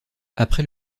après